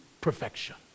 perfection